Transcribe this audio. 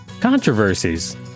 Controversies